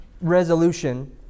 resolution